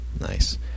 Nice